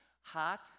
hot